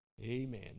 amen